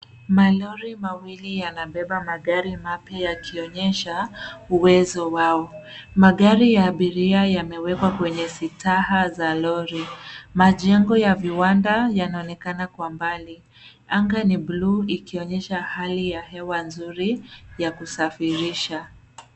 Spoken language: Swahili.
Malori mawili yanabeba magari mapya, yakionyesha uwezo wao. Magari ya abiria yamewekwa kwenye sitaha za lori. Majengo ya viwanda yanaonekana kwa mbali. Anga ni buluu ikionyesha hali ya hewa nzuri ya kusafirisha.